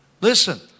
listen